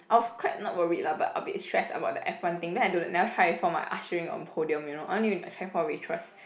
I was quite not worried lah but a bit stressed about the F one thing then I don't know never try before mah ushering on podium you know I only try for waitress